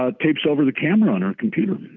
ah tapes over the camera on her computer